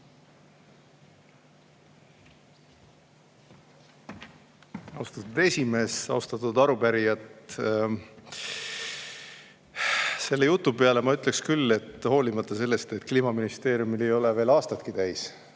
Austatud esimees! Austatud arupärijad! Selle jutu peale ma ütleksin küll, et hoolimata sellest, et Kliimaministeeriumil ei ole veel aastatki täis,